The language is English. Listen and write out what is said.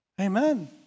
Amen